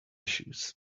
shoes